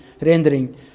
rendering